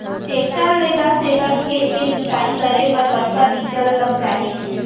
Tractor ले दस एकड़ खेत के जुताई करे बर कतका डीजल लग जाही?